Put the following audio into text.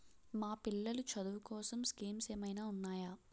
మా పిల్లలు చదువు కోసం స్కీమ్స్ ఏమైనా ఉన్నాయా?